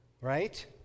right